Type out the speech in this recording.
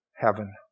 heaven